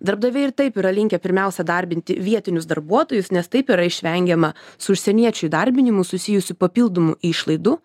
darbdaviai ir taip yra linkę pirmiausia darbinti vietinius darbuotojus nes taip yra išvengiama su užsieniečių įdarbinimu susijusių papildomų išlaidų